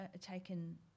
taken